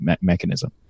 mechanism